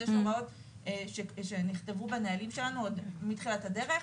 אז יש הוראות שנכתבו בנהלים שלנו עוד מתחילת הדרך,